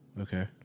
Okay